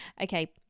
Okay